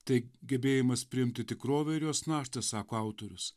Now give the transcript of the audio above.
tai gebėjimas priimti tikrovę ir jos naštą sako autorius